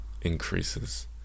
increases